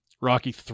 Rocky